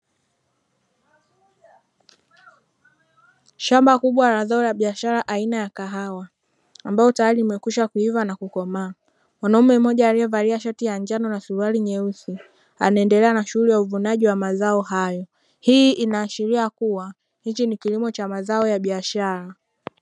Shamba kubwa la zao la biashara aina ya kahawa, ambalo tayari limekwisha kuiva na kukomaa. Mwanaume mmoja aliyevalia shati ya njano na suruali nyeusi anaendelea na shughuli ya uvunaji wa mazao hayo. Hii inaashiria kuwa hiki ni kilimo cha mazao ya biashara.